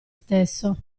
stesso